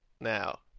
now